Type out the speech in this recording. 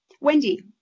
Wendy